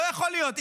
לא יכול להיות,